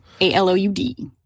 A-L-O-U-D